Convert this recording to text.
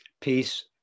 peace